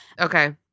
Okay